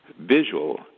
Visual